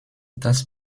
das